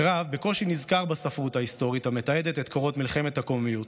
הקרב בקושי נזכר בספרות ההיסטורית המתעדת את קורות מלחמת הקוממיות.